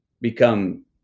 become